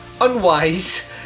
unwise